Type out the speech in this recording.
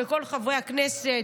וכל חברי הכנסת,